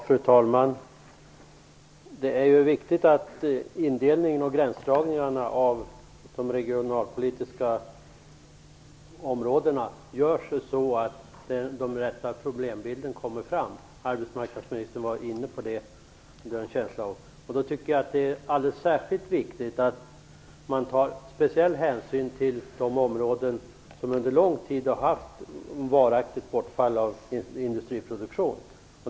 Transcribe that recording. Fru talman! Det är viktigt att indelningen i och gränsdragningarna mellan regionalpolitiska områden görs så att den rätta problembilden kommer fram, vilket arbetsmarknadsministern såvitt jag uppfattade också var inne på. Jag tycker att det är särskilt viktigt att man tar speciell hänsyn till de områden som under lång tid har haft ett varaktigt bortfall av industriproduktion.